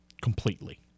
completely